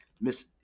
Miss